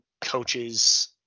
coaches